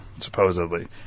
supposedly